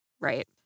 right